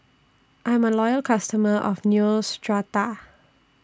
I'm A Loyal customer of Neostrata